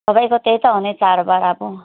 सबैको त्यही त हो नि चाडबाड अब